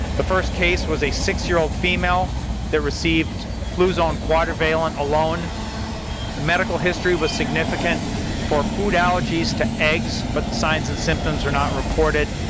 the first case was a six-year-old female that received fluzone quadrivalent alone. the medical history was significant for food allergies to eggs, but signs and symptoms are not reported.